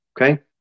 Okay